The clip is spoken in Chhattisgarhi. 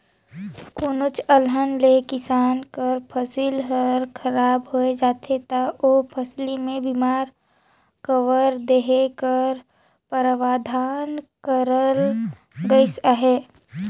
कोनोच अलहन ले किसान कर फसिल हर खराब होए जाथे ता ओ फसिल में बीमा कवर देहे कर परावधान करल गइस अहे